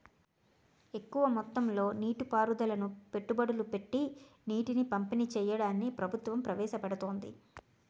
ఎక్కువ మొత్తంలో నీటి పారుదలను పెట్టుబడులు పెట్టీ నీటిని పంపిణీ చెయ్యడాన్ని ప్రభుత్వం ప్రవేశపెడుతోంది